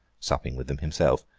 supping with them himself.